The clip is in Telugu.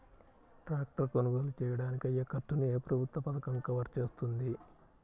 ట్రాక్టర్ కొనుగోలు చేయడానికి అయ్యే ఖర్చును ఏ ప్రభుత్వ పథకం కవర్ చేస్తుంది?